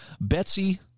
Betsy